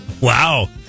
Wow